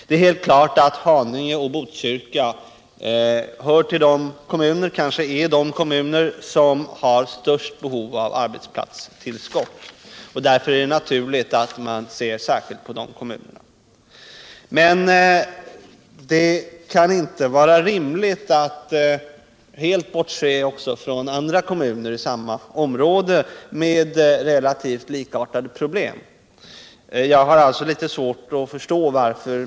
Det är helt klart att Haninge och Botkyrka hör ull, kanske är de kommuner som har störst behov av arbetsplatstillskott. Därför är det naturligt att man ser särskilt på de kommunerna, men det kan inte vara rimligt att helt bortse från andra kommuner i samma område med relativt likartade problem. Jag har svårt att förstå varför.